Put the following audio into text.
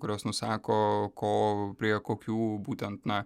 kurios nusako ko prie kokių būtent na